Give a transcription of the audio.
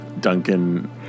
Duncan